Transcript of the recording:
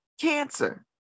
cancer